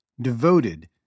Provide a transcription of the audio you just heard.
devoted